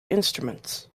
instruments